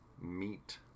meat